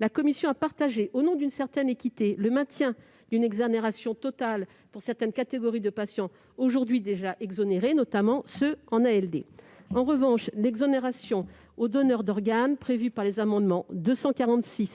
la commission soutient, au nom d'une certaine équité, le maintien d'une exonération totale pour certaines catégories de patients aujourd'hui déjà exonérés, notamment ceux qui sont en ALD. En revanche, l'exonération pour les donneurs d'organes prévue par les amendements identiques